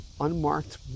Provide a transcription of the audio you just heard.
unmarked